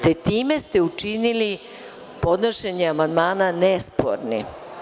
Time ste učinili podnošenje amandmana nespornim.